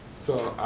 so